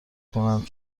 کنند